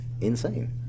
insane